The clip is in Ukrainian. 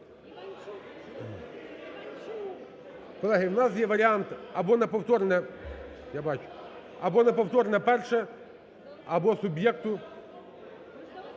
Колеги, в нас є варіант або на повторне перше, або суб'єкту…